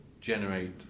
generate